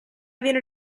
viene